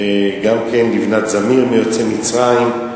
גם לבנת זמיר מיוצאי מצרים.